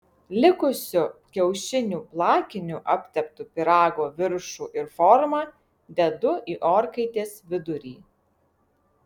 likusiu kiaušinių plakiniu aptepu pyrago viršų ir formą dedu į orkaitės vidurį